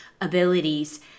abilities